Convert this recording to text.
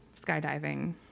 skydiving